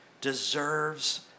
deserves